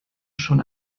schon